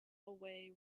away